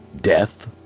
Death